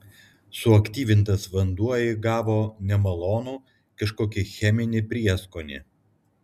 suaktyvintas vanduo įgavo nemalonų kažkokį cheminį prieskonį